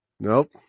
Nope